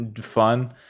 fun